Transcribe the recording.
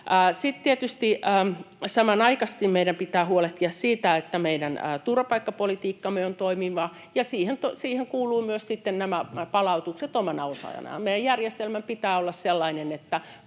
Sitten tietysti samanaikaisesti meidän pitää huolehtia siitä, että meidän turvapaikkapolitiikkamme on toimiva, ja siihen kuuluvat myös sitten nämä palautukset omana osanaan. Meidän järjestelmän pitää olla sellainen, että